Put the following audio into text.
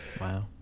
Wow